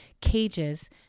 cages